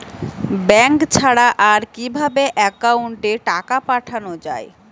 Bank ছাড়া আর কিভাবে একাউন্টে টাকা পাঠানো য়ায়?